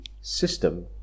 system